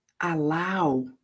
allow